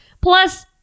Plus